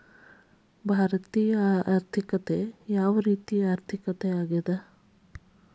ಭಾರತೇಯ ಆರ್ಥಿಕತೆ ಯಾವ ರೇತಿಯ ಆರ್ಥಿಕತೆ ಅದ?